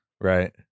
Right